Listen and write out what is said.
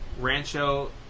Rancho